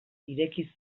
ireki